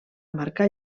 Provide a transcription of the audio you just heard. marcar